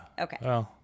Okay